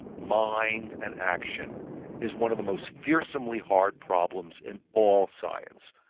mind and action is one of the most fearsomely hard problems in all science.